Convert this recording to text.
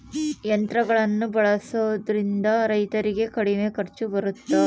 ಯಂತ್ರಗಳನ್ನ ಬಳಸೊದ್ರಿಂದ ರೈತರಿಗೆ ಕಡಿಮೆ ಖರ್ಚು ಬರುತ್ತಾ?